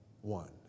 one